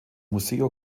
museo